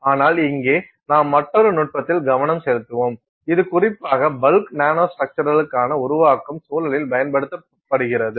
ஆனால் இங்கே நாம் மற்றொரு நுட்பத்தில் கவனம் செலுத்துவோம் இது குறிப்பாக பல்க் நானோ ஸ்ட்ரக்சர்ஸ்களை உருவாக்கும் சூழலில் பயன்படுத்தப்படுகிறது